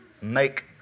make